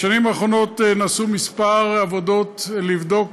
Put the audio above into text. בשנים האחרונות נעשו כמה עבודות לבדוק